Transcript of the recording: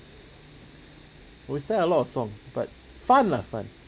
we sang a lot of songs but fun lah fun